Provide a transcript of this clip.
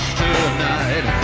tonight